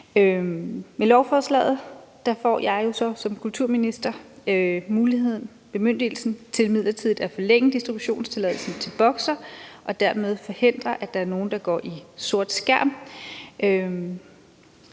Med lovforslaget får jeg jo så som kulturminister bemyndigelse til midlertidigt at forlænge distributionstilladelsen til Boxer og dermed forhindre, at der er nogle, der går i sort skærm,